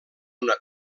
una